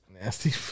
nasty